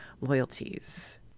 loyalties